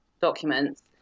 documents